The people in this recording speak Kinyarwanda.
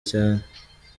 cyane